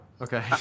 Okay